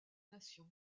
nations